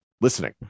listening